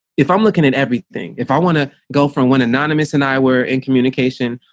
if i'm looking at everything if i want to go from one anonymous and i were in communication,